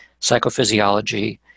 psychophysiology